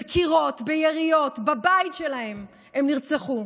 בדקירות, ביריות, בבית שלהן הן נרצחו,